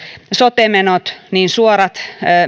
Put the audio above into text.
sote menot niin suorat